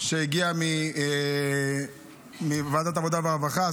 שהגיעה מוועדת העבודה והרווחה,